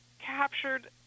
captured